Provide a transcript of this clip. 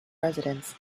residence